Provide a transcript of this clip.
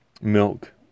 milk